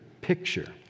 picture